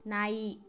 ನಾಯಿ